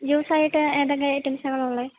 ജൂസ്സായിട്ട് ഏതൊക്കെ ഐറ്റംസാണ് അവിടെയുള്ളത്